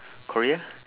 Korea